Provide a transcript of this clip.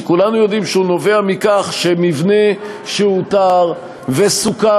שכולנו יודעים שהוא נובע מכך שמבנה שאותר וסוכם,